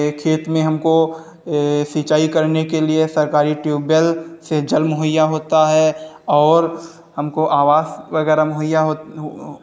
खेत में हमको सिंचाई करने के लिए सरकारी ट्यूबबेल से जल मुहैया होता है और हमको आवास वगैरह मुहैया हो हो